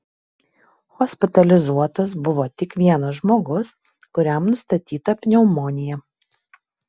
hospitalizuotas buvo tik vienas žmogus kuriam nustatyta pneumonija